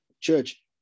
church